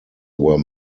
were